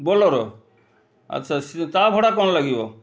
ବୋଲୋର ଆଚ୍ଛା ତା ଭଡ଼ା କ'ଣ ଲାଗିବ